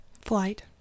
Flight